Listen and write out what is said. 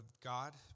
God